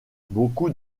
beaucoup